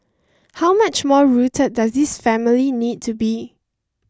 how much more rooted does this family need to be